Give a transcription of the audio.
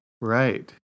Right